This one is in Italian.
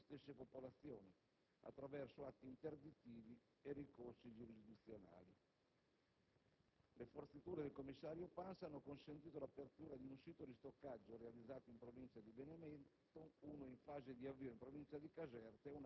e contestate sia dai sindaci interessati che dalle stesse popolazioni attraverso atti interdittivi e ricorsi giurisdizionali. Le forzature del commissario Pansa hanno consentito l'apertura di un sito di stoccaggio realizzato in provincia di Benevento,